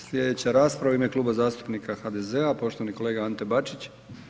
Sljedeća rasprava u ime Kluba zastupnika HDZ-a poštovani kolega Ante Bačić.